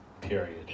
period